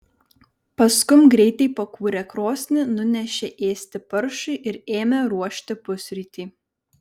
paskum greitai pakūrė krosnį nunešė ėsti paršui ir ėmė ruošti pusrytį